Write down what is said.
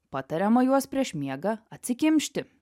patariama juos prieš miegą atsikimšti